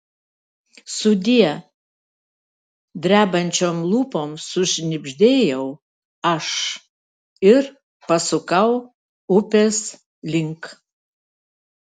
sudie drebančiom lūpom sušnibždėjau aš ir pasukau upės link